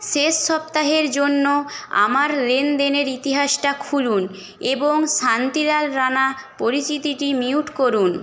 শেষ সপ্তাহের জন্য আমার লেনদেনের ইতিহাসটা খুলুন এবং শান্তিলাল রানা পরিচিতিটি মিউট করুন